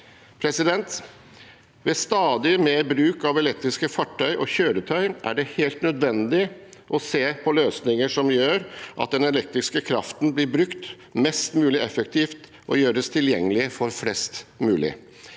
Ved stadig mer bruk av elektriske fartøy og kjøretøy er det helt nødvendig å se på løsninger som gjør at den elektriske kraften blir brukt mest mulig effektivt og gjøres tilgjengelig for flest mulig.